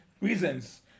reasons